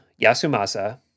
Yasumasa